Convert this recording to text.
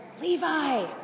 Levi